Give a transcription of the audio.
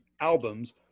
albums